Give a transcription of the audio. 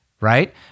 right